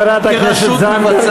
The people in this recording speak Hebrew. חברת הכנסת זנדברג.